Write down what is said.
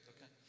Okay